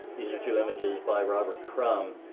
these are two images by robert crumb,